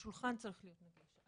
השולחן צריך להיות נגיש,